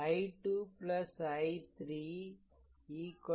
i 2 i3 8